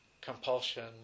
compulsion